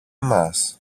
μας